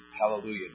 Hallelujah